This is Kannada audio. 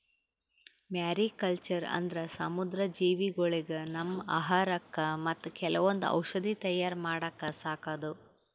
ಮ್ಯಾರಿಕಲ್ಚರ್ ಅಂದ್ರ ಸಮುದ್ರ ಜೀವಿಗೊಳಿಗ್ ನಮ್ಮ್ ಆಹಾರಕ್ಕಾ ಮತ್ತ್ ಕೆಲವೊಂದ್ ಔಷಧಿ ತಯಾರ್ ಮಾಡಕ್ಕ ಸಾಕದು